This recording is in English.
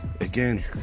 again